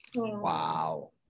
Wow